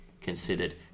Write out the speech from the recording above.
considered